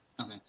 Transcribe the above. Okay